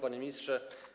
Panie Ministrze!